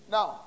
Now